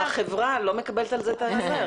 החברה לא מקבלת על זה את הכסף.